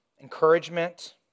Encouragement